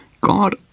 God